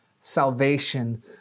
salvation